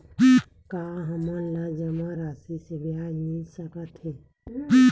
का हमन ला जमा राशि से ब्याज मिल सकथे?